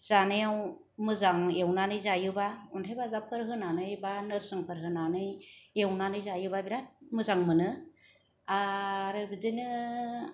जानायाव मोजां एउनानै जायोब्ला अनथाइ बाजाबफोर होनानै बा नोरसिंफोर होनानै एउनानै जायोब्ला बिराद मोजां मोनो आरो बिदिनो